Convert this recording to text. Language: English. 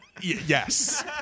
Yes